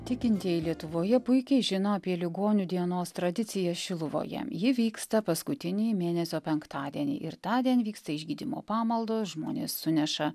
tikintieji lietuvoje puikiai žino apie ligonių dienos tradiciją šiluvoje ji vyksta paskutinįjį mėnesio penktadienį ir tądien vyksta išgydymo pamaldos žmonės suneša